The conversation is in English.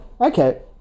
okay